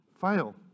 fail